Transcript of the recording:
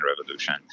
revolution